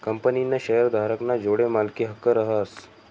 कंपनीना शेअरधारक ना जोडे मालकी हक्क रहास